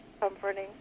Comforting